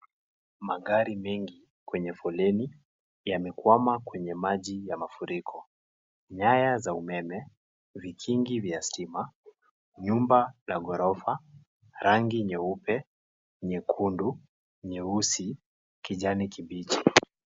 Magari mengi kwenye foleni yamekwama kwenye maji ya mafuriko, nyaya za umeme, vikingi vya stima, nyumba la ghorofa, rangi nyeupe, nyekundu, nyeusi, kijani kibichi.